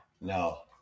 No